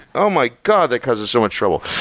oh my god! that causes so much trouble.